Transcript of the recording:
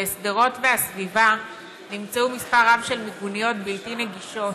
בשדרות והסביבה נמצאו מספר רב של מיגוניות בלתי נגישות